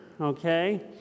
okay